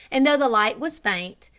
and though the light was faint,